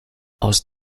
aus